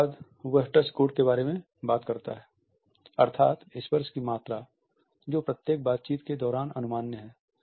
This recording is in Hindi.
उसके बाद वह टच कोड के बारे में बात करता है अर्थात स्पर्श की मात्रा जो प्रत्येक बातचीत के दौरान अनुमान्य है